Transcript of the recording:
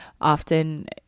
often